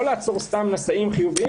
לא לעצור סתם נשאים חיוביים.